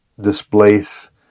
displace